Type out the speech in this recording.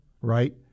right